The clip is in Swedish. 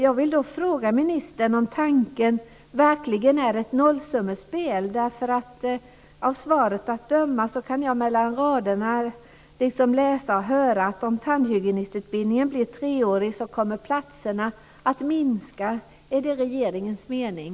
Jag vill fråga ministern om tanken verkligen är ett nollsummespel. Mellan raderna i svaret kan jag läsa att om tandhygienistutbildningen blir treårig kommer antalet platser att minska. Är det regeringens mening?